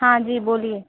हाँ जी बोलिए